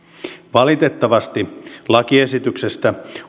valitettavasti lakiesityksestä